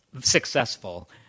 successful